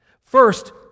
First